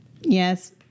Yes